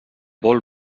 vol